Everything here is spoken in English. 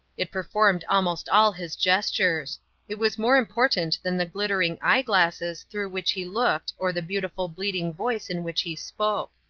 it performed almost all his gestures it was more important than the glittering eye-glasses through which he looked or the beautiful bleating voice in which he spoke.